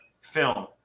film